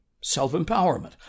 self-empowerment